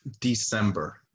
December